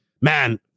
Man